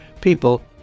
People